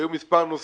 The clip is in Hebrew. והיו מספר נושאים.